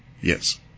Yes